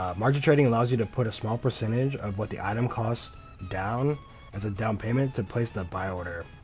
margin trading allows you to put a small percentage of what the item cost down as a down payment to place the buy order.